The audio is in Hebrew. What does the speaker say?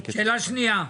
שאלה שנייה,